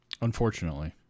Unfortunately